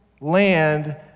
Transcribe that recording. land